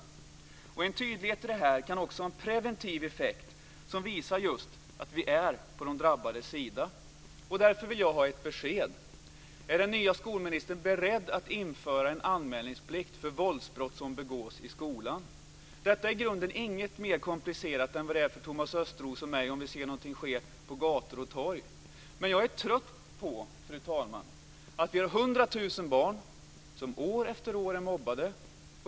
En tydlighet i detta kan också ha en preventiv effekt som visar just att vi är på de drabbades sida. Därför vill jag ha ett besked: Är den nya skolministern beredd att införa en anmälningsplikt för våldsbrott som begås i skolan? Detta är i grunden ingenting mer komplicerat än vad det är för Thomas Östros och mig om vi ser någonting ske på gator och torg. Men jag är trött på, fru talman, att det finns 100 000 barn som år efter år är mobbade.